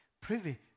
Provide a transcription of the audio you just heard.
privy